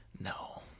No